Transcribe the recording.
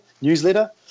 newsletter